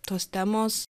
tos temos